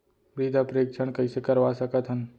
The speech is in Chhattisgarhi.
मृदा परीक्षण कइसे करवा सकत हन?